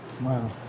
Wow